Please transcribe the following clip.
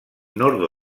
nord